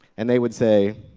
and they would say,